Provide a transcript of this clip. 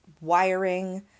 wiring